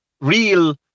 real